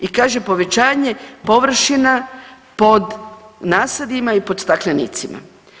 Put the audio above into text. I kaže povećanje površina pod nasadima i pod staklenicima.